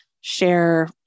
share